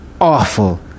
Awful